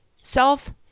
self